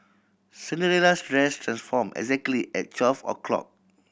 Cinderella's dress transform exactly at twelve o'clock